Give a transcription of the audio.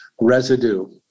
residue